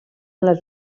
les